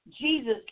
Jesus